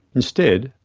instead,